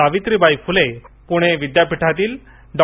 सावित्रीबाई फुले पुणे विद्यापीठातील डॉ